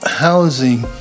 housing